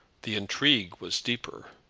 the intrigue was deeper.